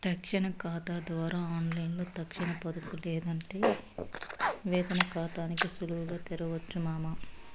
తక్షణ కాతా ద్వారా ఆన్లైన్లో తక్షణ పొదుపు లేదంటే వేతన కాతాని సులువుగా తెరవొచ్చు మామా